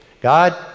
God